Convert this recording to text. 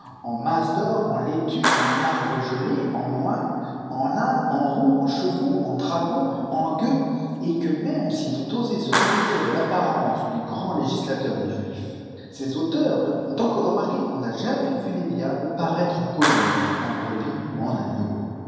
en masses d'or en laitues en arbres gelés en moines en ânes en roues en chevaux en dragons en gueux et que même ils ont osé se revêtir de l'apparence du grand législateur des juifs ces auteurs ont encore remarqué qu'on n'a jamais vu les diables paraître en colombes en brebis ou en agneaux